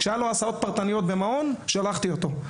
כשהיו לו הסעות פרטניות במעון, שלחתי אותו.